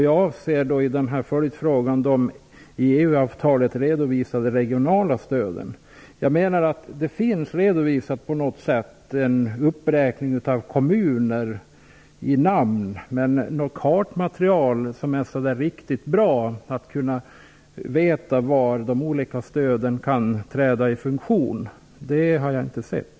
Jag avser i min följdfråga de i EU-avtalet redovisade regionala stöden. Jag menar att det finns redovisat en uppräkning av kommuner vid namn. Men något kartmaterial som är riktigt bra, som visar var de olika stöden kan träda i funktion, har jag inte sett.